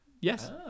yes